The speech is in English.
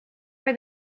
for